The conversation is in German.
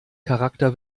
charakter